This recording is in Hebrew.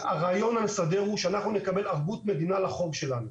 הרעיון המסדר הוא שאנחנו נקבל ערבות מדינה לחוב שלנו.